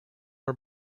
are